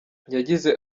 yagize